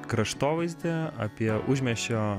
kraštovaizdį apie užmiesčio